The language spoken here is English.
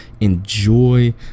enjoy